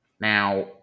Now